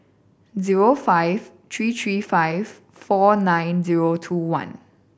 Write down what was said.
zero five three three five four nine zero two one